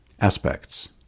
Aspects